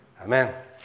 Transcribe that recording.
Amen